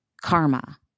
Karma